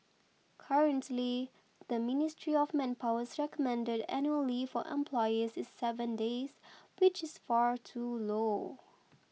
currently the ministry of manpower's recommended annual leave for employees is seven days which is far too low